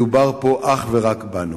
מדובר פה אך ורק בנו,